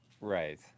right